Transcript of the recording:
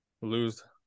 Lose